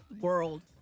world –